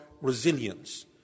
resilience